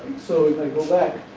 so, i go back.